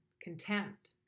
contempt